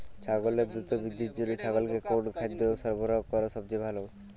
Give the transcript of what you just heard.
ছাগলের দ্রুত বৃদ্ধির জন্য ছাগলকে কোন কোন খাদ্য সরবরাহ করা সবচেয়ে ভালো?